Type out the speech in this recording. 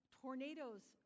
tornadoes